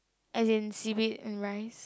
as in seaweed and rice